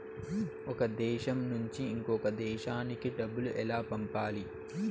ఒక దేశం నుంచి ఇంకొక దేశానికి డబ్బులు ఎలా పంపాలి?